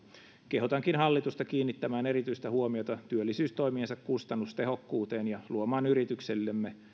kehotankin hallitusta kiinnittämään erityistä huomiota työllisyystoimiensa kustannustehokkuuteen ja luomaan yrityksillemme